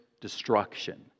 destruction